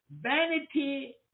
vanity